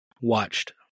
watched